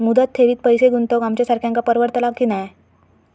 मुदत ठेवीत पैसे गुंतवक आमच्यासारख्यांका परवडतला की नाय?